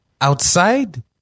outside